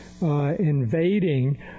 invading